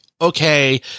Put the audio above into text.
okay